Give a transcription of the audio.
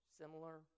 similar